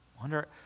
wonder